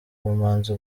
ubumanzi